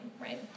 right